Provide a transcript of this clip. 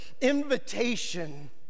invitation